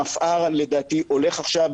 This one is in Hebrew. המפע"ר הולך עכשיו,